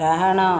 ଡାହାଣ